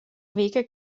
wike